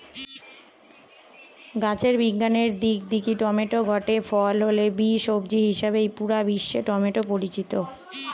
গাছের বিজ্ঞানের দিক দিকি টমেটো গটে ফল হলে বি, সবজি হিসাবেই পুরা বিশ্বে টমেটো পরিচিত